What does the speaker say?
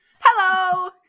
Hello